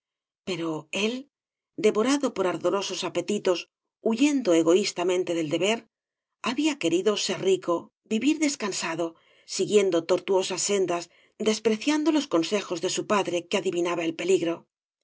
pero él devorado por ardorosos apetitos huyendo egoístamente del deber había querido ser rico vivir descansado siguiendo tortuosas sendas despreciando los consejos de eu padre que adivinaba el peligro